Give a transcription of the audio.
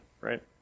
right